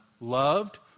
loved